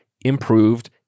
improved